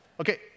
okay